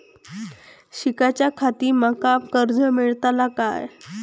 शिकाच्याखाती माका कर्ज मेलतळा काय?